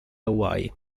hawaii